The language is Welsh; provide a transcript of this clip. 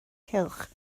cylch